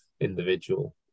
individual